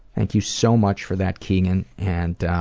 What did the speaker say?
thank you so much for that, keagan. and